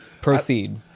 Proceed